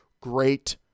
great